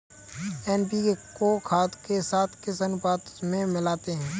NPK को खाद के साथ किस अनुपात में मिलाते हैं?